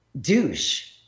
douche